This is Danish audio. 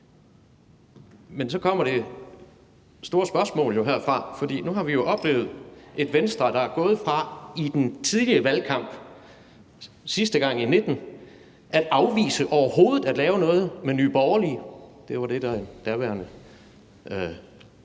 men så kommer det store spørgsmål herfra. Nu har vi jo oplevet et Venstre, der er gået fra i den tidlige valgkamp sidste gang i 2019 at afvise overhovedet at lave noget med Nye Borgerlige – det var det, den daværende